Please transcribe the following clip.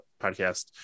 podcast